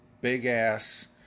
big-ass